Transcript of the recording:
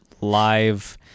live